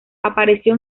apareció